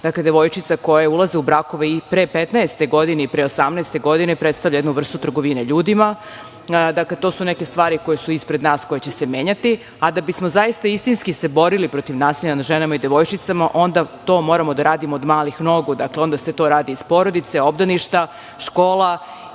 dakle, devojčice koje ulaze u brakove i pre 15, i pre 18 godine, predstavlja jednu vrstu trgovine ljudima. Dakle, to su neke stvari koje su ispred nas koje će se menjati. A da bismo zaista istinski se borili protiv nasilja nad ženama i devojčicama onda to moramo da radimo od malih nogu, onda se to radi iz porodice, obdaništa, škola.